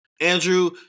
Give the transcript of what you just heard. Andrew